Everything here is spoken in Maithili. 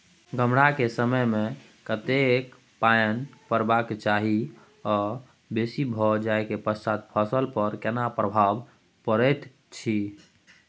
गम्हरा के समय मे कतेक पायन परबाक चाही आ बेसी भ जाय के पश्चात फसल पर केना प्रभाव परैत अछि?